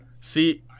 see